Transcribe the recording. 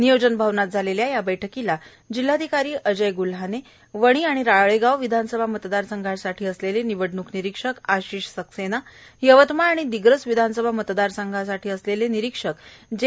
नियोजन भवनात झालेल्या या बैठकीला जिल्हाधिकारी अजय ग्र्ल्हाने वणी आणि राळेगाव विधानसभा मतदारसंघासाठी असलेले निवडणूक निरीक्षक आशिष सक्सेना यवतमाळ आणि दिग्रस विधानसभा मतदारसंघासाठी असलेले निरीक्षक जे